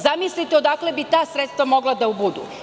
Zamislite odakle bi ta sredstva mogla da budu.